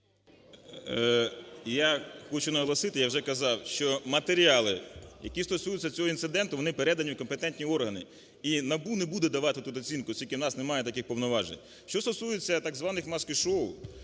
Я хочу наголосити, я вже казав, що матеріали, які стосуються цього інциденту, вони передані у компетентні органи і НАБУ не буде давати тут оцінку, оскільки в нас немає таких повноважень. Що стосується так званих маски-шоу,